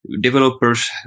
developers